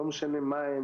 לא משנה מה הם,